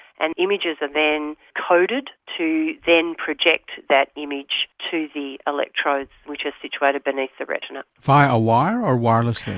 and the images are then coded to then project that image to the electrodes which are situated beneath the retina. via a wire or wirelessly?